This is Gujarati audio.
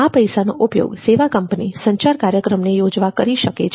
આ પૈસાનો ઉપયોગ સેવા કંપની સંચાર કાર્યક્રમને યોજવા કરી શકે છે